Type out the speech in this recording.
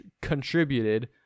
contributed